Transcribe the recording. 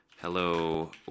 Hello